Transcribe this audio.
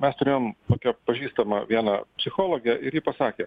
mes turėjom tokią pažįstamą vieną psichologę ir ji pasakė